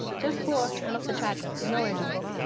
just poor and off the tracks. nowhere to go.